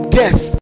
death